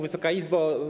Wysoka Izbo!